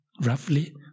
roughly